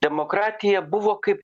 demokratija buvo kaip